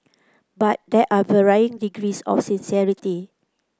but there are varying degrees of sincerity